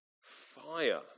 fire